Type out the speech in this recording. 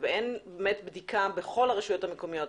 ואין בדיקה שנתית בכל הרשויות המקומיות